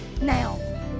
Now